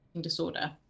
disorder